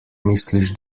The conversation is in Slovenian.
misliš